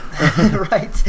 Right